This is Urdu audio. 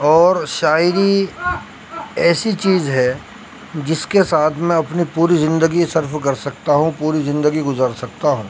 اور شاعری ایسی چیز ہے جس کے ساتھ میں اپنی پوری زندگی صرف کر سکتا ہوں پوری زندگی گزار سکتا ہوں